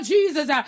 Jesus